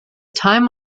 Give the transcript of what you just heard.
time